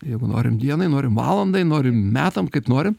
jeigu norim dienai norim valandai norim metam kaip norim